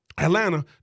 Atlanta